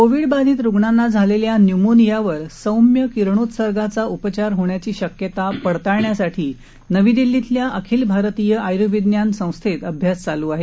Covid बाधित रुग्णांना झालेल्या न्यूमोनियावर सौम्य किरणोत्सर्गाचा उपचार होण्याची शक्यता पडताळण्यासाठी नवी दिल्लीतल्या अखिल भारतीय आयूर्विज्ञान संस्थेत अभ्यास चालू आहे